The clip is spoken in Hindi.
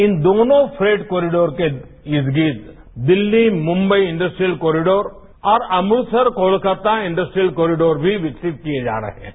इन दोनों फ्रेट कॉरिडोर के इर्द गिर्द दिल्ली मुंबई इंडस्ट्रीयल कॉरिडोर और अमृतसर कोलकाता इंडस्ट्रीयल कॉरिडोर भी विकसित किये जा रहे हैं